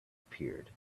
appeared